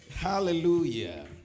Hallelujah